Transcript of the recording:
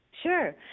Sure